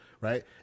right